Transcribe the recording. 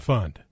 Fund